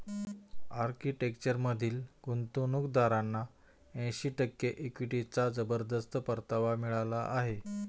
आर्किटेक्चरमधील गुंतवणूकदारांना ऐंशी टक्के इक्विटीचा जबरदस्त परतावा मिळाला आहे